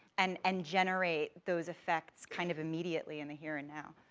and and generate those effects kind of immediately in the here and now.